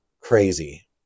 crazy